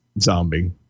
Zombie